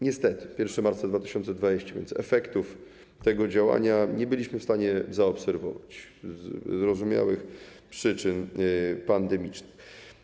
Niestety 1 marca 2020 r., więc efektów tego działania nie byliśmy w stanie zaobserwować ze zrozumiałych przyczyn pandemicznych.